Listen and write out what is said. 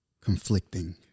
Conflicting